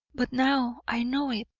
but now i know it.